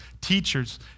teachers